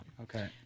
Okay